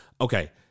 okay